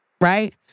right